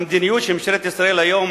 המדיניות שממשלת ישראל היום